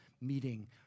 meeting